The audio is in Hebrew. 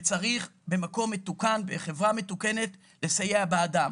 וצריך במקום מתוקן, בחברה מתוקנת, לסייע בידם.